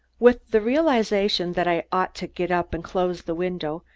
with the realization that i ought to get up and close the window,